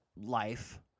life